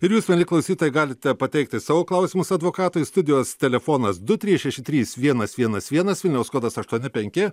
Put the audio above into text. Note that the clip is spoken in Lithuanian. ir jūs mieli klausytojai galite pateikti savo klausimus advokatui studijos telefonas du trys šeši trys vienas vienas vienas vilniaus kodas aštuoni penki